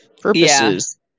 purposes